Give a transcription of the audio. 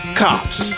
cops